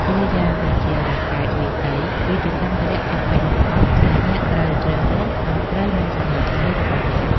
តួយ៉ាងដូចជា រ៉ាកែតវាយសី គឺជាសម្ភារៈចាំបាច់បំផុតដែលអ្នកត្រូវជ្រើសរើសឱ្យត្រូវនឹងកម្លាំងដៃរបស់អ្នក។